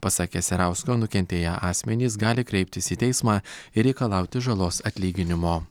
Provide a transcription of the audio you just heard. pasak keserausko nukentėję asmenys gali kreiptis į teismą ir reikalauti žalos atlyginimo